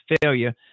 failure